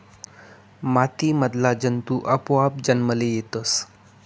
माती मधला जंतु आपोआप जन्मले येतस